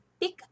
pick